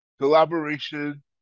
collaboration